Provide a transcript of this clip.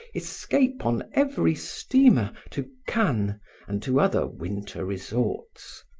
escape on every steamer to cannes and to other winter resorts.